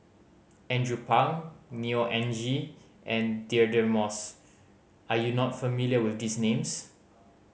Andrew Phang Neo Anngee and Deirdre Moss are you not familiar with these names